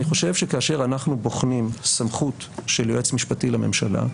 אני חושב שכאשר אנחנו בוחנים סמכות של יועץ משפטי לממשלה,